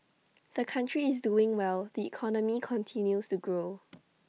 the country is doing well the economy continues to grow